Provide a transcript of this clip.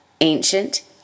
ancient